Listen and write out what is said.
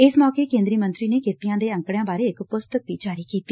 ਇਸ ਮੌਕੇ ਕੇ ਂਦਰੀ ਮੰਤਰੀ ਨੇ ਕਿਰਤੀਆਂ ਦੇ ਅੰਕੜਿਆਂ ਬਾਰੇ ਇਕ ਪੁਸਤਕ ਵੀ ਜਾਰੀ ਕੀਤੀ